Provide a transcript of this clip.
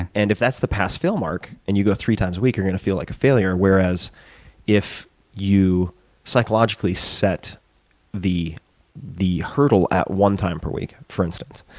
and if that's the pass fail mark and you go three times a week, you're going to feel like a failure. whereas if you psychologically set the the hurdle at one time per week, for instance,